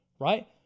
right